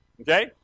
Okay